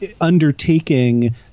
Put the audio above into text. undertaking